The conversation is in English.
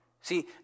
See